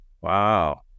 Wow